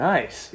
Nice